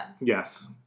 Yes